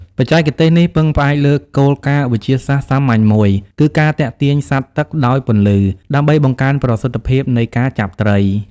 បច្ចេកទេសនេះពឹងផ្អែកលើគោលការណ៍វិទ្យាសាស្ត្រសាមញ្ញមួយ គឺការទាក់ទាញសត្វទឹកដោយពន្លឺ ដើម្បីបង្កើនប្រសិទ្ធភាពនៃការចាប់ត្រី។